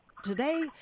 Today